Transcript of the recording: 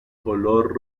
color